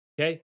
Okay